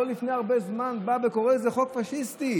לפני הרבה זמן באת וקראת לו חוק פשיסטי.